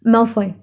malfoy